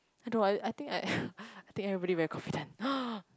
I don't know I I think I I think everybody very confident